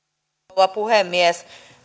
rouva puhemies